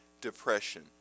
depression